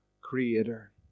creator